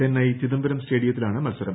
ചെന്നൈ ചിദംബരം സ്റ്റേഡിയത്തിലാണ് മത്സരം